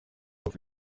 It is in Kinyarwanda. bwa